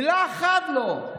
מילה אחת לא.